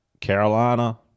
Carolina